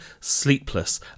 Sleepless